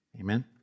Amen